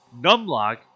NumLock